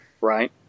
Right